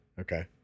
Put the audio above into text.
Okay